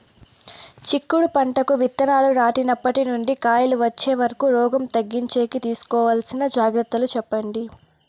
చిక్కుడు పంటకు విత్తనాలు నాటినప్పటి నుండి కాయలు వచ్చే వరకు రోగం తగ్గించేకి తీసుకోవాల్సిన జాగ్రత్తలు చెప్పండి?